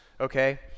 okay